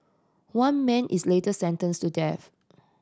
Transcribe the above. one man is later sentenced to death